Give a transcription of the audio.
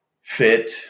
Fit